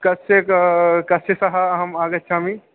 केन क केन सह अहम् आगच्छामि